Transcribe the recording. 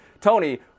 Tony